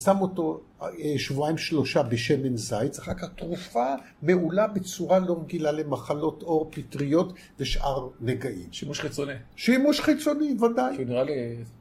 שם אותו שבועיים-שלושה בשמן זית, אחר כך תרופה מעולה בצורה לא רגילה למחלות עור, פטריות ושאר נגעים. שימוש חיצוני. שימוש חיצוני, ודאי. שהוא נראה לי...